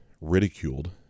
ridiculed